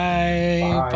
Bye